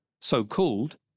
So-called